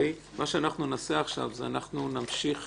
עכשיו אנחנו נמשיך